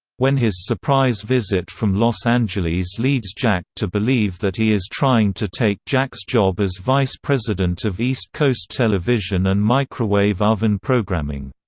when his surprise visit from los angeles leads jack to believe that he is trying to take jack's job as vice president of east coast television and microwave oven programming.